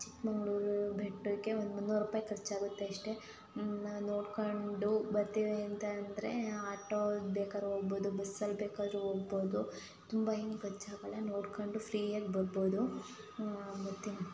ಚಿಕ್ಕಮಗ್ಳೂರು ಬೆಟ್ಟಕ್ಕೆ ಒಂದು ಮುನ್ನೂರು ರೂಪಾಯಿ ಖರ್ಚಾಗುತ್ತೆ ಅಷ್ಟೆ ನಾವು ನೋಡಿಕೊಂಡು ಬರ್ತೀವಿ ಅಂತ ಅಂದ್ರೆ ಆಟೋ ಬೇಕಾದ್ರೆ ಹೋಗ್ಬೋದು ಬಸ್ಸಲ್ಲಿ ಬೇಕಾದ್ರೂ ಹೋಗ್ಬೋದು ತುಂಬ ಏನು ಖರ್ಚಾಗೋಲ್ಲ ನೋಡ್ಕೊಂಡು ಫ್ರೀಯಾಗಿ ಬರ್ಬೋದು ಮತ್ತು